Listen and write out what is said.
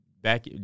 back